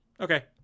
okay